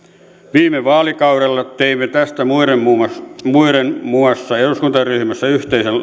viime vaalikaudella teimme tästä muiden muassa eduskuntaryhmässä yhteisen